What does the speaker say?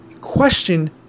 question